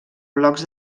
blocs